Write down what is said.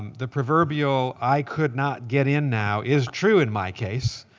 the proverbial i could not get in now is true in my case.